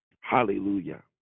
Hallelujah